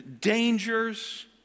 dangers